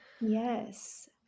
Yes